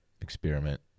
experiment